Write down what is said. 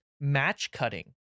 match-cutting